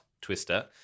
twister